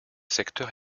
secteur